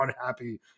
unhappy